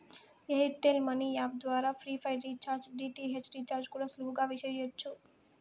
air tell money app ద్వారా prepaid recharge, DTH recharge కూడా సులువుగా చెయ్యచ్చు